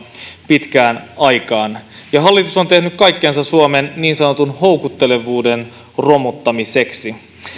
pitkään aikaan hallitus on tehnyt kaikkensa suomen niin sanotun houkuttelevuuden romuttamiseksi